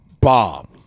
Bob